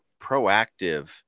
proactive